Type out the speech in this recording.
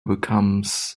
becomes